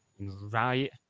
Right